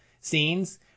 scenes